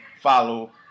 follow